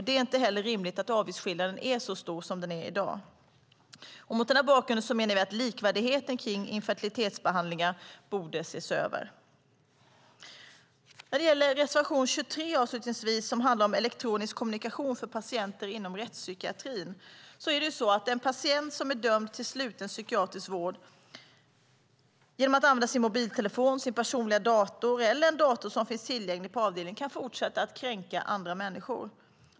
Det är inte heller rimligt att avgiftsskillnaden är så stor som den är i dag. Mot denna bakgrund menar vi att likvärdigheten kring infertilitetsbehandlingar borde ses över. Reservation 19 handlar om elektronisk kommunikation för patienter inom rättspsykiatrin. En patient som är dömd till sluten psykiatrisk vård kan genom att använda sin mobiltelefon, sin personliga dator eller en dator som finns tillgänglig på avdelningen fortsätta att kränka andra människor.